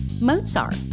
Mozart